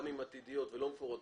גם אם עתידיות ולא מפורטות,